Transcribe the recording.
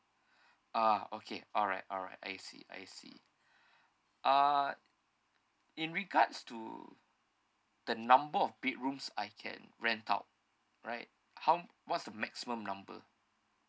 ah okay alright alright I see I see uh in regards to the number of bedrooms I can rent out right how what's the maximum number